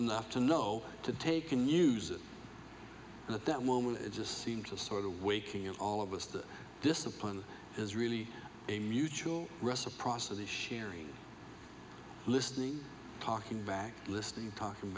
enough to know to take can use it and at that moment it just seems to sort of waking up all of us that discipline is really a mutual reciprocity sharing listening talking back listening talking